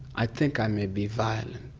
i think i may be violent.